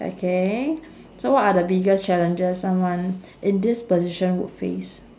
okay so what are the biggest challenges someone in this position would face